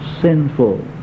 sinful